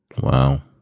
Wow